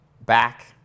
back